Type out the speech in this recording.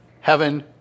heaven